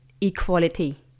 equality